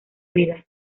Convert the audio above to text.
vida